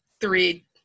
three